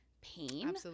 pain